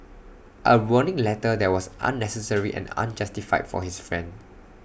A warning letter that was unnecessary and unjustified for his friend